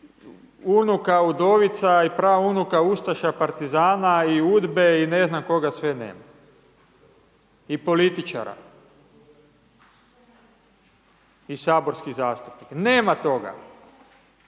unuka, udovica, praunuka, ustaša, partizana i UDBA-e i ne znam koga sve ne. I političara. I saborskih zastupnika, nema toga.